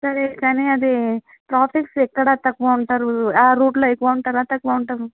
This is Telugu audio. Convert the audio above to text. సరే కానీ అది ట్రాఫిక్స్ ఎక్కడ తక్కువ ఉంటారు ఆ రూట్లో ఎక్కువ ఉంటారా తక్కువ ఉంటారా